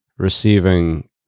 receiving